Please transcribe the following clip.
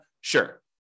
Sure